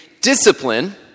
discipline